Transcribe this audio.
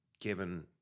given